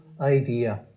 idea